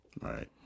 Right